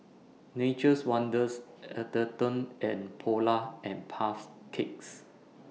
Nature's Wonders Atherton and Polar and Puff Cakes